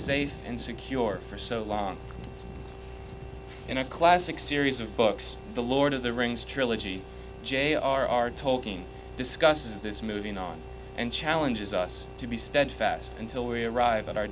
safe and secure for so long in a classic series of books the lord of the rings trilogy j r r tolkien discusses this moving on and challenges us to be steadfast until we arrive at our